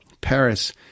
Paris